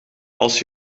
als